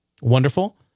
Wonderful